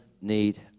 need